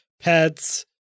pets